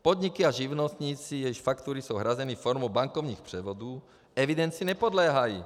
Podniky a živnostníci, jejichž faktury jsou hrazeny formou bankovních převodů, evidenci nepodléhají.